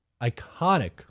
iconic